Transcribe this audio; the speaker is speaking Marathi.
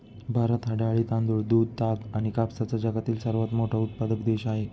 भारत हा डाळी, तांदूळ, दूध, ताग आणि कापसाचा जगातील सर्वात मोठा उत्पादक देश आहे